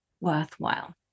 worthwhile